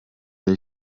der